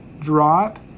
drop